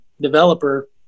developer